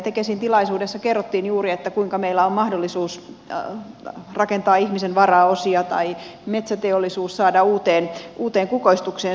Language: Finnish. tekesin tilaisuudessa kerrottiin juuri kuinka meillä on mahdollisuus rakentaa ihmisen varaosia tai metsäteollisuus saada uuteen kukoistukseen suomessa